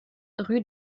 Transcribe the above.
rue